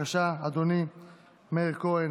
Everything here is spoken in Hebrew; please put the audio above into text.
פטור לסטודנטים מתשלום דמי ביטוח לאומי),